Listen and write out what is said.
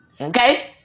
Okay